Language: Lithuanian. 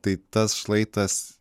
tai tas šlaitas